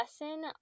lesson